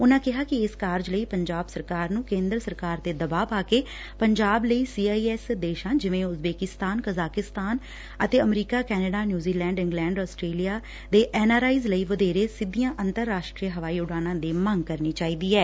ਉਨਾਂ ਕਿਹਾ ਕਿ ਇਸ ਕਾਰਜ ਲਈ ਪੰਜਾਬ ਸਰਕਾਰ ਨੂੰ ਕੇਂਦਰ ਸਰਕਾਰ ਤੇ ਦਬਾਅ ਪਾ ਕੇ ਪੰਜਾਬ ਲਈ ਸੀਆਈਐਸ ਦੇਸ਼ਾਂ ਜਿਵੇਂ ਉਜ਼ਬੇਕਿਸਤਾਨ ਕਜ਼ਾਕਿਸਤਾਨ ਅਤੇ America Canada New Zealand England Australia ਦੇ ਐਨਆਰਆਈਜ਼ ਲਈ ਵਧੇਰੇ ਸਿੱਧੀਆਂ ਅੰਤਰ ਰਾਸ਼ਟਰੀ ਹਵਾਈ ਉਡਾਨਾਂ ਦੀ ਮੰਗ ਕਰਨੀ ਚਾਹੀਦੀ ਐ